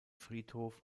friedhof